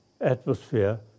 atmosphere